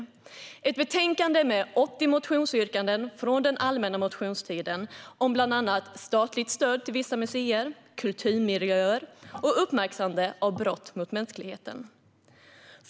Det är ett betänkande som behandlar 80 motionsyrkanden från allmänna motionstiden om bland annat statligt stöd till vissa museer, kulturmiljöer och uppmärksammande av brott mot mänskligheten.